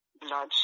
bloodshed